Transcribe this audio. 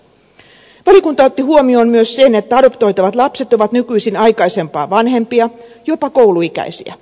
valiokunta otti huomioon myös sen että adoptoitavat lapset ovat nykyisin aikaisempaa vanhempia jopa kouluikäisiä